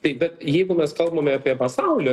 taip bet jeigu mes kalbame apie pasaulio